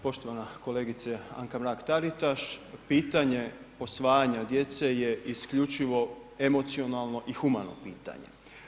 Poštovana kolegice Anka Mrak-Taritaš, pitanje posvajanja djece je isključivo emocionalno i humano pitanje.